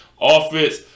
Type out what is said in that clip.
Offense